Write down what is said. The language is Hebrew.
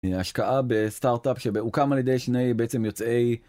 השקעה בסטארט-אפ שהוקם על ידי שני בעצם יוצאי.